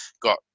got